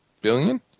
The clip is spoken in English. billion